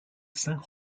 cinq